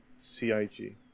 CIG